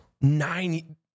Nine